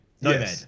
Nomad